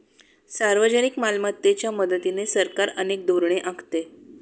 सार्वजनिक मालमत्तेच्या मदतीने सरकार अनेक धोरणे आखते